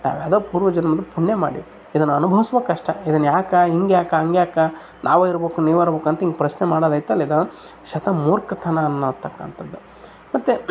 ಯಾವ್ಯಾವುದೋ ಪೂರ್ವಜನ್ಮದ ಪುಣ್ಯ ಮಾಡಿದ ಇದನ್ನು ಅನುಭವಿಸ್ಬೇಕ್ ಅಷ್ಟೆ ಇದನ್ನು ಯಾಕೆ ಹಿಂಗ್ಯಾಕ ಹಂಗ್ಯಾಕ ನಾವು ಇರ್ಬೋಕು ನೀವು ಇರ್ಬೋಕು ಅಂತ ಹಿಂಗೆ ಪ್ರಶ್ನೆ ಮಾಡೋದಯ್ತಲ್ಲ ಇದು ಶತ ಮೂರ್ಖತನ ಅನ್ನೋತಕ್ಕಂಥದ್ದು ಮತ್ತು